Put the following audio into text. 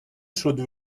should